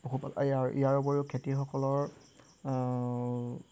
ইয়াৰ ইয়াৰ উপৰিও খেতিসকলৰ